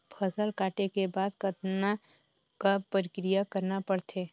फसल काटे के बाद कतना क प्रक्रिया करना पड़थे?